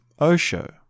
Osho